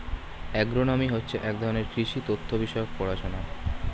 agronomy হচ্ছে এক ধরনের কৃষি তথ্য বিষয়ক পড়াশোনা